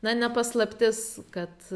na ne paslaptis kad